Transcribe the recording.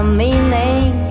meaning